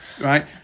right